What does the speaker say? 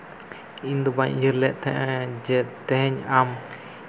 ᱤᱧᱫᱚᱵᱟᱹᱧ ᱩᱭᱦᱟᱹᱨ ᱞᱮᱫ ᱛᱟᱦᱮᱸᱫᱼᱟ ᱡᱮ ᱛᱮᱦᱮᱧ ᱟᱢ